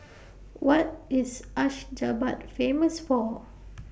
What IS Ashgabat Famous For